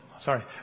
sorry